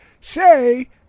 Say